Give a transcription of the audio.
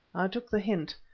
took the hint,